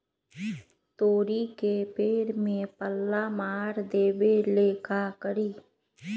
तोड़ी के पेड़ में पल्ला मार देबे ले का करी?